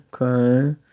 okay